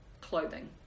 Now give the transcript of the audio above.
clothing